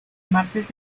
martes